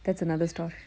that's another story